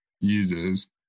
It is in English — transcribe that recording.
users